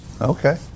Okay